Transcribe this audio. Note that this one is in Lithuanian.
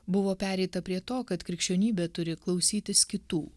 buvo pereita prie to kad krikščionybė turi klausytis kitų